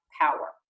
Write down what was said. power